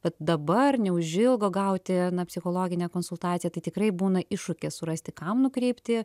vat dabar neužilgo gauti psichologinę konsultaciją tai tikrai būna iššūkis surasti kam nukreipti